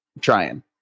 Trying